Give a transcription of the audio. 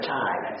time